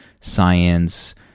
science